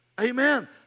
Amen